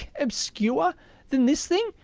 obscure than this thing?